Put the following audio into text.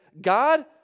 God